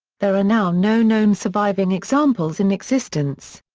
there are now no known surviving examples in existence.